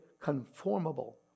conformable